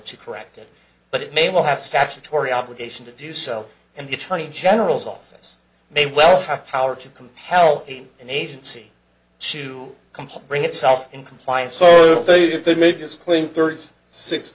to correct it but it may well have statutory obligation to do so and the attorney general's office may well have power to compel an agency to complete bring itself in compliance so if they made this claim thirds six